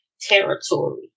territory